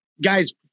guy's